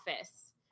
Office